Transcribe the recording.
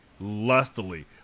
lustily